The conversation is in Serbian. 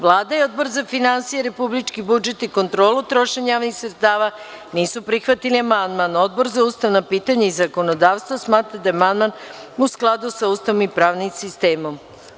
Vlada i Odbor za finansije, republički budžet i kontrolu trošenja javnih sredstava nisu prihvatili amandman Odbor za ustavna pitanja i zakonodavstvo smatra da je amandman u skladu sa Ustavom i pravnim sistemom.